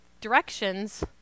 directions